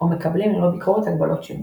או מקבלים ללא ביקורת הגבלות שימוש.